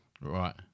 Right